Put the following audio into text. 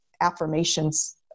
affirmations